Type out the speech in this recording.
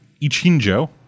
Ichinjo